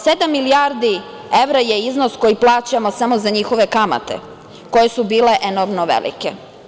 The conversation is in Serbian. Sedam milijardi evra je iznos koji plaćamo samo za njihove kamate, koje su bile enormno velike.